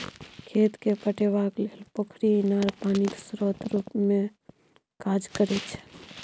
खेत केँ पटेबाक लेल पोखरि, इनार पानिक स्रोत रुपे काज करै छै